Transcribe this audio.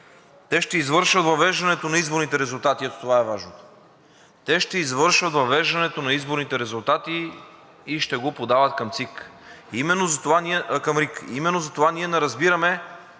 те ще извършват въвеждането на изборните резултати – ето това е важно. Те ще извършват въвеждането на изборните резултати и ще го подават към РИК. Именно затова ние не разбираме